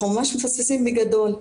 אנחנו ממש מפספסים בגדול.